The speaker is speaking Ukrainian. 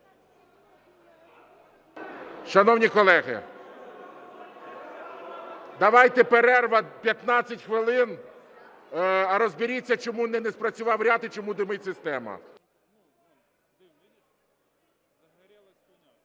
Шановні колеги, давайте перерва 15 хвилин. Розберіться, чому не спрацював ряд і чому димить система. (Після